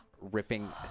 ripping